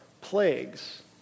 plagues